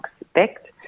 expect